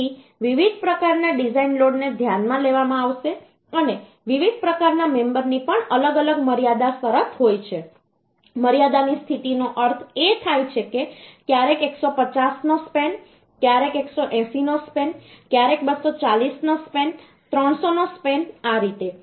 તેથી વિવિધ પ્રકારના ડિઝાઇન લોડને ધ્યાનમાં લેવામાં આવશે અને વિવિધ પ્રકારના મેમબરની પણ અલગ અલગ મર્યાદા શરત હોય છે મર્યાદાની સ્થિતિનો અર્થ એ થાય છે કે ક્યારેક 150નો સ્પેન ક્યારેક 180નો સ્પેન ક્યારેક 240નો સ્પેન 300નો સ્પેન આ રીતે